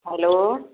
hello